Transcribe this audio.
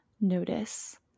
notice